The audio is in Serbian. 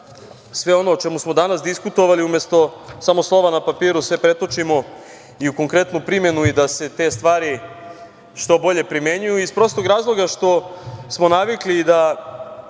sve ono o čemu smo danas diskutovali umesto samo slova na papiru sve pretočimo i u konkretnu primenu i da se te stvari što bolje primenjuju, iz prostog razloga što smo navikli da